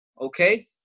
Okay